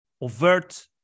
overt